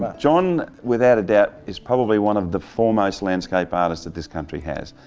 um john, without a doubt, is probably one of the foremost landscape artists that this country has.